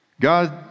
God